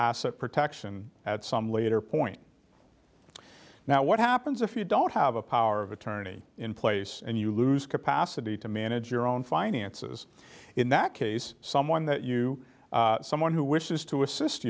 asset protection at some later point now what happens if you don't have a power of attorney in place and you lose capacity to manage your own finances in that case someone that you someone who wishes to assist